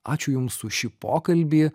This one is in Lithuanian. ačiū jums už šį pokalbį